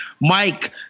Mike